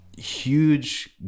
huge